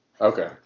okay